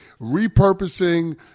repurposing